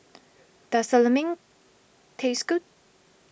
does Lemang taste good